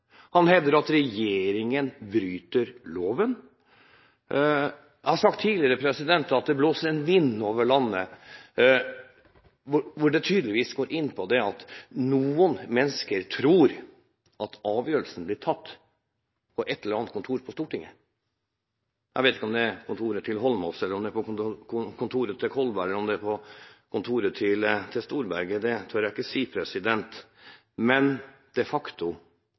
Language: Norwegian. han hevder at regjeringen bryter loven. Jeg har sagt tidligere at det blåser en vind over landet som tydeligvis går på at noen mennesker tror at avgjørelsen blir tatt på et eller annet kontor på Stortinget. Jeg vet ikke om det er på kontoret til Eidsvoll Holmås, på kontoret til Kolberg, eller om det er på kontoret til Storberget. Det tør jeg ikke si, men de facto er det